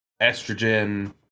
estrogen